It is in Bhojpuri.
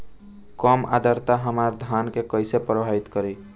कम आद्रता हमार धान के कइसे प्रभावित करी?